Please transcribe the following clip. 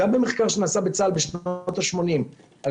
גם במחקר שנעשה בצה"ל בשנות ה-80 על